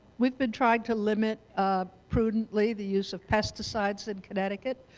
we've been trying to limit ah prudently the use of pesticides in connecticut,